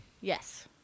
Yes